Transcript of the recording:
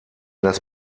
das